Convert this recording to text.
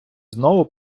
знову